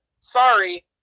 Sorry